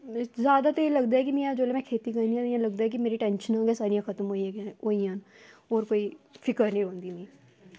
जादै ते लगदा निं ऐ की जेकर में खेती करनी होऐ ते मिगी लगदा ऐ की मेरियां टेंशनां गै खत्म होई गेदियां होर कोई फिकर निं ऐ